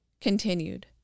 continued